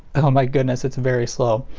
oh my goodness it's very slow.